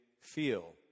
feel